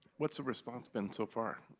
what's the response been so far?